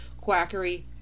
quackery